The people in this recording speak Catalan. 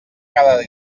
cada